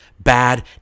bad